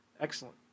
Excellent